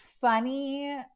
funny